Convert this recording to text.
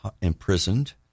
imprisoned